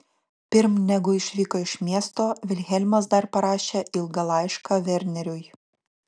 pirm negu išvyko iš miesto vilhelmas dar parašė ilgą laišką verneriui